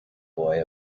boy